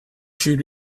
should